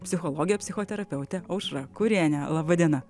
psichologė psichoterapeutė aušra kurienė laba diena